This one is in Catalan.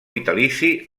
vitalici